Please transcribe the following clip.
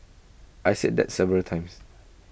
I said that several times